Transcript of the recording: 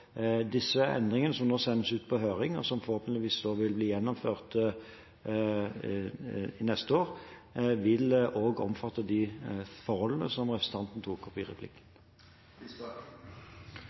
Disse endringene, som nå sendes ut på høring, og som forhåpentligvis vil bli gjennomført neste år, vil også omfatte de forholdene som representanten tok opp i replikken.